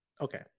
Okay